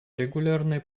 регулярной